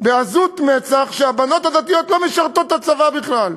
בעזות מצח שהבנות הדתיות לא משרתות בצבא בכלל,